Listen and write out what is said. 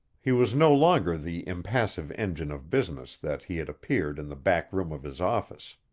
he was no longer the impassive engine of business that he had appeared in the back room of his office.